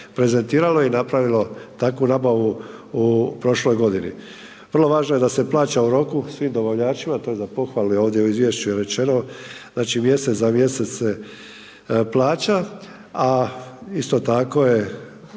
prezentiralo i napravilo takvu nabavu u prošloj godini. Vrlo važno je da se plaća u roku svim dobavljačima, to je za pohvalu i ovdje u izvješću je rečeno, znači mjesec za mjesec plaća a isto tako je